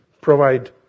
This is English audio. Provide